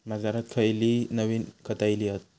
बाजारात खयली नवीन खता इली हत?